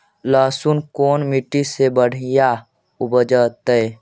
लहसुन कोन मट्टी मे बढ़िया उपजतै?